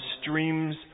streams